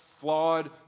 flawed